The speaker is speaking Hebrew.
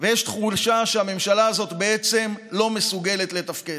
ויש תחושה שהממשלה הזאת לא מסוגלת לתפקד.